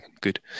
good